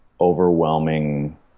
overwhelming